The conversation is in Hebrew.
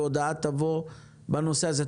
והודעה תבוא בנושא הזה.